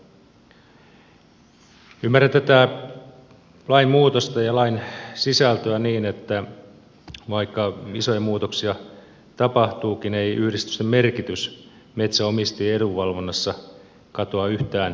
ymmärrän tätä lainmuutosta ja lain sisältöä niin että vaikka isoja muutoksia tapahtuukin ei yhdistysten merkitys metsänomistajien edunvalvonnassa katoa yhtään mihinkään